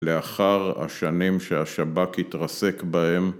לאחר השנים שהשב״כ התרסק בהם